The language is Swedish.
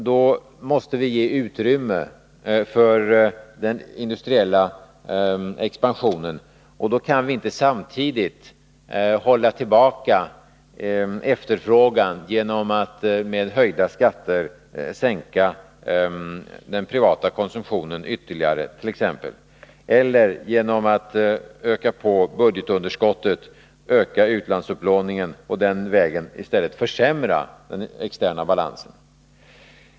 Då måste vi ge utrymme för den industriella expansionen, och då kan vi inte samtidigt hålla tillbaka efterfrågan genom att med höjda skatter sänka den privata konsumtionen ytterligare eller öka på budgetunderskottet, öka utlandsupplåningen och den vägen i stället försämra den externa balansen.